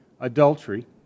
adultery